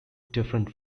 different